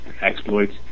exploits